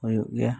ᱦᱩᱭᱩᱜ ᱜᱮᱭᱟ